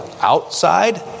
outside